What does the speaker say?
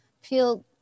feel